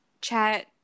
chat